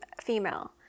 female